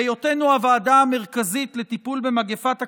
בהיותנו הוועדה המרכזית לטיפול במגפת הקורונה,